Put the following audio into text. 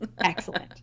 excellent